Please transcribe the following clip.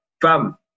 fam